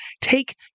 take